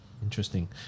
interesting